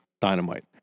Dynamite